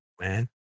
man